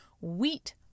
Wheat